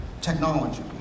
technology